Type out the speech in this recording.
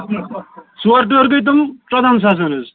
ژور ٹٲر گٔے تِم ژۄدہان ساسَن حظ